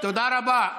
תודה רבה.